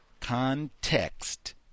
Context